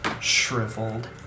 shriveled